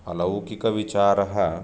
अलौकिकविचारः